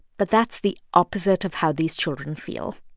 but that's the opposite of how these children feel.